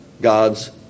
God's